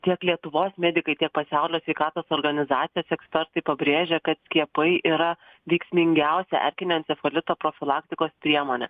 tiek lietuvos medikai tiek pasaulio sveikatos organizacijos ekspertai pabrėžia kad skiepai yra veiksmingiausia erkinio encefalito profilaktikos priemonė